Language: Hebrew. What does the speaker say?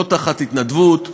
לא בהתנדבות,